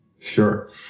Sure